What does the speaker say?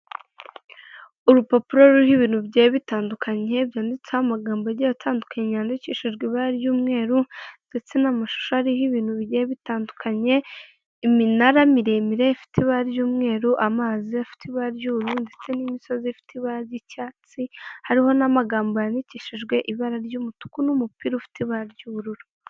Urupapuro ruriho ibintu bigiye bitandukanye byanditseho amagambo agiye atandukanye yandikishijwe ibara ry'umweru ndetse n'amashusho ariho ibintu bigiye bitandukanye ,iminara miremire ifite ibara ry'umweru amazi afite ibara ry'umweru ndetse n'imisozi ifite ibara ry'icyatsi hariho n'amagambo yandikishijwe ibara ry'umutuku n'umupira ufite ibara ry'ubururu